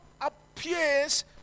appears